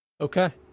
Okay